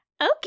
okay